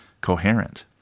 coherent